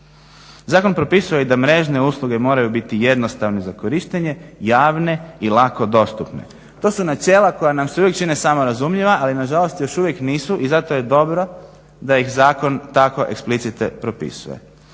Zakon propisuje da i mrežne usluge moraju biti jednostavne za korištenje javne i lako dostupne. To su načela koja nam se uvijek čine samorazumljiva ali nažalost još uvijek nisu i zato je dobro da ih zakon tako eksplicite tako propisuje.